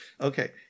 okay